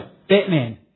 Batman